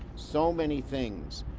so many things.